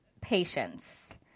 patience